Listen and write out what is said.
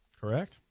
Correct